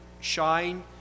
shine